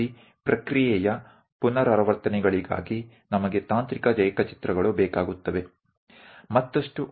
અને તે માટે પ્રક્રિયા ના પુનરાવર્તન માટે તકનીકી ડ્રોઇંગની જરૂર છે